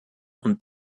und